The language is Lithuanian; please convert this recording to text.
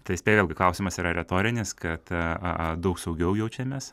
tai spėju vėlgi klausimas yra retorinis kad a a daug saugiau jaučiamės